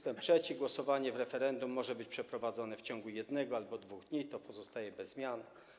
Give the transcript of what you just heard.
3. Głosowanie w referendum może być przeprowadzone w ciągu 1 albo 2 dni - to pozostaje bez zmian.